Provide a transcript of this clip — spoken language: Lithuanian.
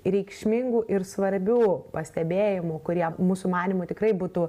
reikšmingų ir svarbių pastebėjimų kurie mūsų manymu tikrai būtų